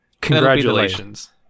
congratulations